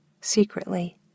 secretly